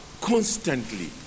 constantly